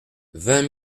vingt